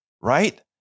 right